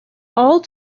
all